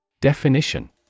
Definition